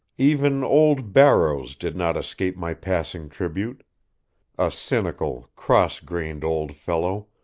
even old barrows did not escape my passing tribute a cynical, cross-grained old fellow,